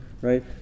right